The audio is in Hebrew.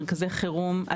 מרכזי חירום,